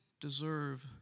deserve